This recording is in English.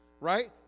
Right